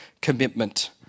commitment